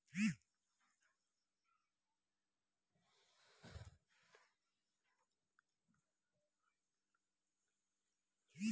date security आ equity केर मेल केँ हाइब्रिड कहल जाइ छै